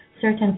certain